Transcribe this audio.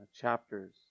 chapters